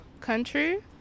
country